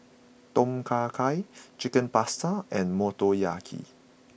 Tom Kha Gai Chicken Pasta and Motoyaki